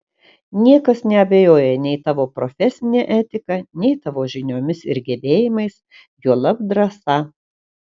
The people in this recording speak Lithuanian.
niekas neabejoja nei tavo profesine etika nei tavo žiniomis ir gebėjimais juolab drąsa